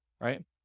Right